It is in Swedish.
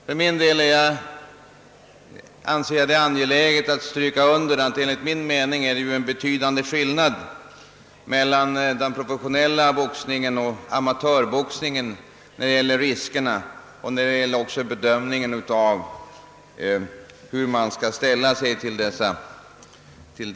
För min del anser jag det angeläget att understryka att det enligt min mening är en betydande skillnad mellan den professionella boxningen och amatörboxningen både vad beträffar riskerna och i fråga om bedömningen av dessa verksamheter som sådana.